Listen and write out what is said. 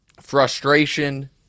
frustration